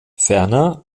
ferner